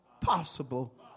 possible